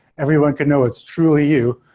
everyone could know it's truly you.